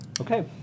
Okay